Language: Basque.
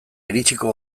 iritsiko